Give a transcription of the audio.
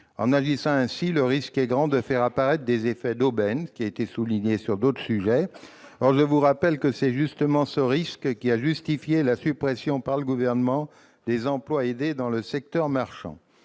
En agissant ainsi, le risque est grand de faire apparaître des effets d'aubaine. Or je vous rappelle que c'est justement ce risque qui a justifié la suppression, par le Gouvernement, des emplois aidés dans le secteur marchand.